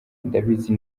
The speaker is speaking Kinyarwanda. ndabizi